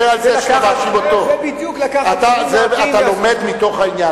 אתה לומד מתוך העניין.